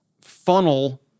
funnel